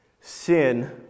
Sin